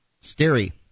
Scary